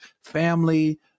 family